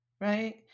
right